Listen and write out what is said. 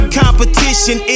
competition